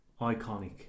iconic